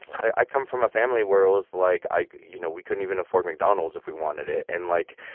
i come from a family where it was like i you know, we couldn't even afford mcdonald's if we wanted it. and, like,